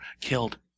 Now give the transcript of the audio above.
Killed